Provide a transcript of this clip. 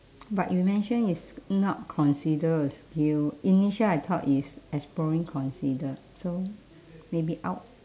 but you mention is not consider a skill initial I thought is exploring considered so maybe out